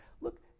Look